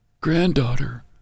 granddaughter